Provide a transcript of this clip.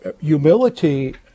Humility